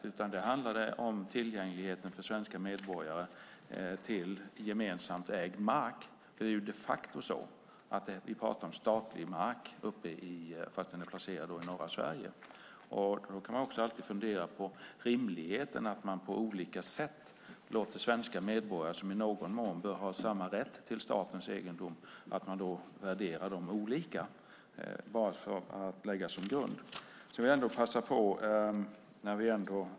Det handlade om tillgängligheten för svenska medborgare till gemensamt ägd mark. Vi talar de facto om statligt ägd mark fastän den är placerad i norra Sverige. Man kan alltid fundera på rimligheten i att man på olika sätt värderar svenska medborgare olika. De bör i någon mån ha samma rätt till statens egendom. Jag vill bara lägga det som grund.